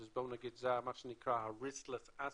שזה מה שנקרא ה-riskless asset,